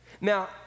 Now